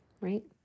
right